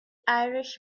irish